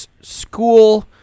school